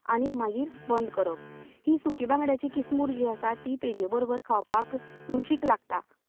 आनी मागीर बंद करप ही सुकी बांगड्याची किसमूर जी आसा ती पेजे बरोबर खावपाक रुचीक लागता